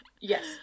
Yes